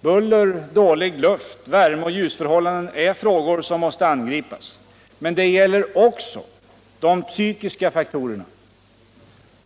Buller, dålig luft, värmeoch ljusförhållanden är frågor som mäste angripas. Men det giller också de psykiska faktorerna.